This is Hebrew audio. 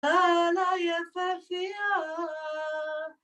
כלה יפהפיה,